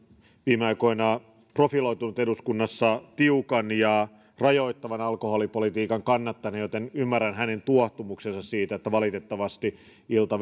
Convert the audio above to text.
viime aikoina profiloitunut eduskunnassa tiukan ja rajoittavan alkoholipolitiikan kannattajana joten ymmärrän hänen tuohtumuksensa siitä että valitettavasti ilta